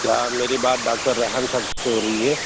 کیا میری بات ڈاکٹر ریحان صاحب سے ہو رہی ہے